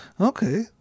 okay